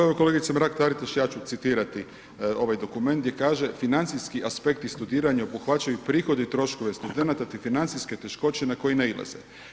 Evo, kolegice Mrak-Taritaš, ja ću citirati ovaj dokument gdje kaže, financijski aspekti studiranja obuhvaćaju prihode i troškove studenata te financijske teškoće na koje nailaze.